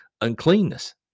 uncleanness